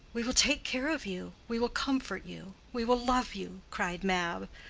we will take care of you we will comfort you we will love you, cried mab,